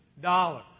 dollars